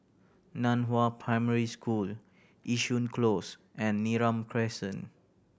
Nan Hua Primary School Yishun Close and Neram Crescent